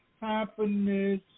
happiness